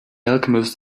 alchemist